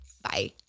Bye